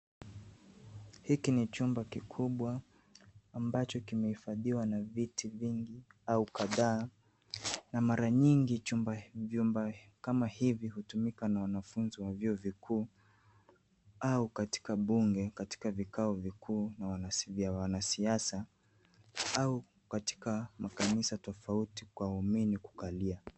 Hiki ni chumba kikubwa ambacho kimehifadhiwa na viti vingi au kadhaa na mara nyingi vyumba kama hivi hutumika na wanafunzi wa vyuo vikuu au katika bunge katika vikae vikuu vya wanasiasa au katika makanisa tofauti kwa waumini kukalia.